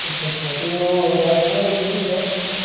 अच्छा अच्चा ते राजमांह् दा केह् रेट ऐ